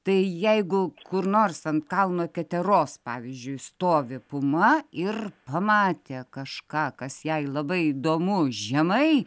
tai jeigu kur nors ant kalno keteros pavyzdžiui stovi puma ir pamatė kažką kas jai labai įdomu žemai